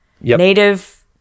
Native